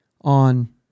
on